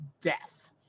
death